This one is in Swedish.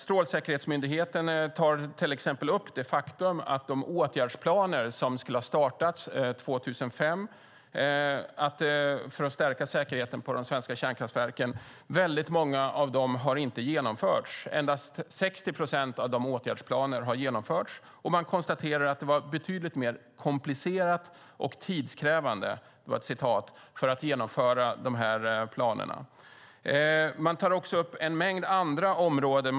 Strålsäkerhetsmyndigheten tar till exempel upp det faktum att många av de åtgärdsplaner som skulle ha startats 2005 för att stärka säkerheten på de svenska kärnkraftverken inte har genomförts. Endast 60 procent av åtgärdsplanerna har genomförts, och man konstaterar att det var "betydligt mer komplicerat och tidskrävande" att genomföra de här planerna. Man tar också upp en mängd andra områden.